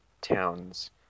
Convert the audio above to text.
towns